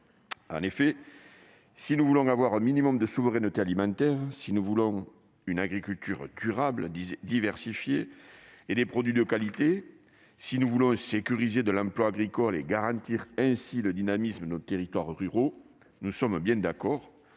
En effet, si nous voulons avoir un minimum de souveraineté alimentaire, si nous voulons une agriculture durable, diversifiée et des produits de qualité, si nous voulons sécuriser l'emploi agricole et garantir ainsi le dynamisme de nos territoires ruraux, nous sommes bien d'accord